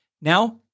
Now